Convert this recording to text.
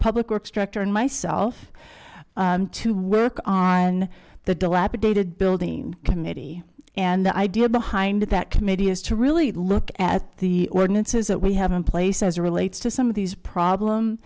public works director and myself to work on the dilapidated building committee and the idea behind that committee is to really look at the ordinances that we have in place as relates to some of these problem